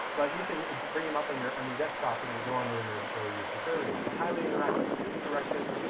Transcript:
but you can bring him up on your on your desktop in your dorm room or but your your fraternity. it's a highly interactive, student-directed,